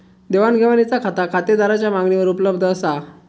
देवाण घेवाणीचा खाता खातेदाराच्या मागणीवर उपलब्ध असा